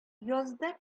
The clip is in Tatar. язда